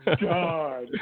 God